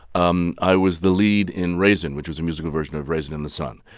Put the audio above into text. um i was the lead in raisin, which was a musical version of raisin in the sun.